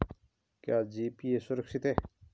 क्या जी.पी.ए सुरक्षित है?